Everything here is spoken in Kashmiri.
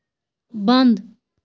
بنٛد